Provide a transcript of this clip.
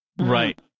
right